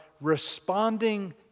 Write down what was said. responding